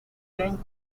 viven